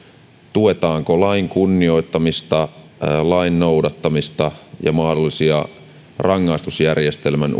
tuetaanko lain kunnioittamista lain noudattamista ja mahdollisia pieniäkin rangaistusjärjestelmän